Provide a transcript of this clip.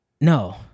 no